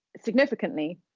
significantly